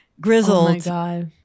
grizzled